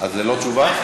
אז ללא תשובה?